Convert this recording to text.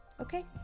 okay